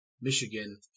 Michigan